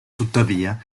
tuttavia